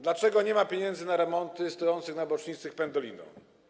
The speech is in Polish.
Dlaczego nie ma pieniędzy na remonty stojących na bocznicy Pendolino?